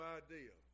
idea